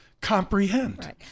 comprehend